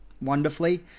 wonderfully